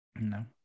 no